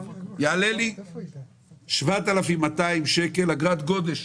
יעלה לי 7,200 שקל אגרת גודש.